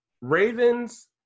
Ravens